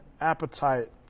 appetite